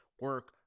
Work